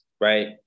right